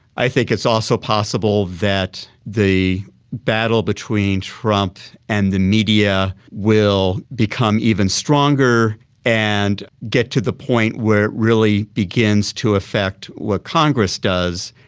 i think it's also possible that the battle between trump and the media will become even stronger and get to the point where it really begins to affect what congress does.